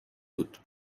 بود